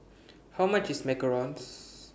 How much IS Macarons